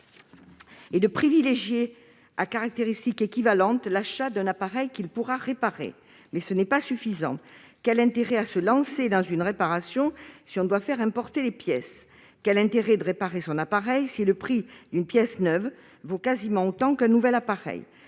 et de privilégier, à caractéristiques équivalentes, l'achat d'un appareil qu'ils pourront réparer. Néanmoins, ce n'est pas suffisant : quel intérêt a-t-on à se lancer dans une réparation si l'on doit faire importer les pièces ? Quel intérêt a-t-on à réparer son appareil si le prix d'une pièce neuve est presque le même que celui d'un nouvel appareil ?